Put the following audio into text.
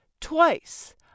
Twice